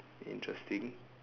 interesting